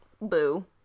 boo